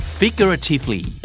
figuratively